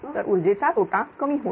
तर ऊर्जेचा तोटा कमी होईल